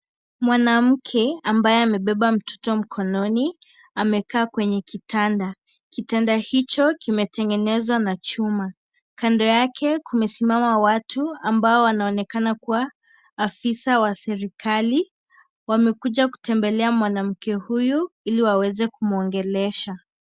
Mwanamke ambaye amebeba mtoto mkononi amekaa kwenye kitanda. Kitanda hicho, kimetengenezwa na chuma. Kando yake, kumesimama watu ambao wanaonekana kuwa, afisa wa serikali. Wamekuja kutembelea mwanamke huyu, ili waweze kumwongelesha.